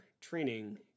training